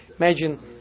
Imagine